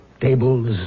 tables